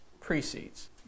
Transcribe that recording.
precedes